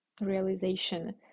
Realization